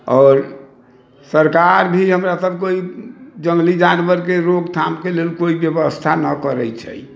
आओर सरकार भी मतलब कोइ जंगली जानवर के रोकथाम के लेल कोइ व्यवस्था नहि करै छै